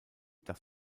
dass